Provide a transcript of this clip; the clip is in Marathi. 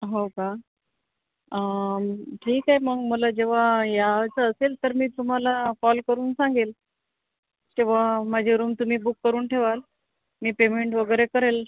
हो का ठीक आहे मग मला जेव्हा यायचं असेल तर मी तुम्हाला कॉल करून सांगेल तेव्हा माझी रूम तुम्ही बुक करून ठेवाल मी पेमेंट वगैरे करेल